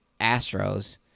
Astros